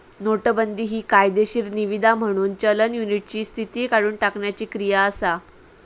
नोटाबंदी हि कायदेशीर निवीदा म्हणून चलन युनिटची स्थिती काढुन टाकण्याची क्रिया असा